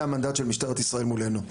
זה המנדט של משטרת ישראל מולנו.